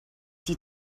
die